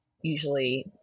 usually